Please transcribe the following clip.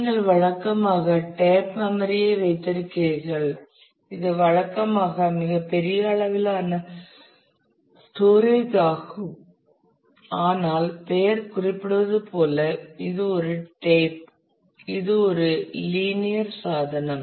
நீங்கள் வழக்கமாக tape memory ஐ வைத்திருக்கிறீர்கள் இது வழக்கமாக மிகப்பெரிய அளவிலான ஸ்டோரேஜ் ஆகும் ஆனால் பெயர் குறிப்பிடுவது போல இது ஒரு டேப் இது ஒரு லீனியர் சாதனம்